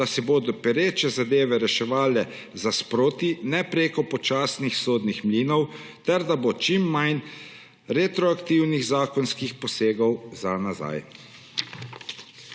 da se bodo pereče zadeve reševale sproti, ne prek počasnih sodnih mlinov, ter da bo čim manj retroaktivnih zakonskih posegov za nazaj.